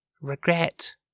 Regret